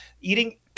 Eating